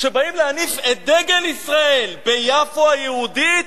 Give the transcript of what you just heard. כשבאים להניף את דגל ישראל ביפו היהודית,